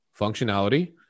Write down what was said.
functionality